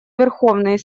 верховный